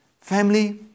Family